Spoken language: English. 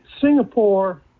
Singapore